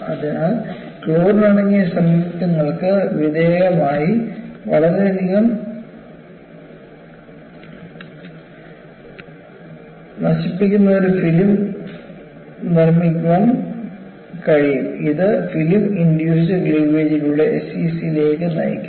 അതിനാൽ ക്ലോറിൻ അടങ്ങിയ സംയുക്തങ്ങൾക്ക് വിധേയമായി വളരെയധികം നശിപ്പിക്കുന്ന ഒരു ഫിലിം നിർമ്മിക്കാൻ കഴിയും ഇത് ഫിലിം ഇൻഡ്യൂസ്ഡ് ക്ലീവേജിലൂടെ എസ്സിസിയിലേക്ക് നയിക്കും